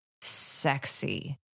sexy